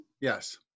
Yes